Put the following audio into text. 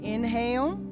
Inhale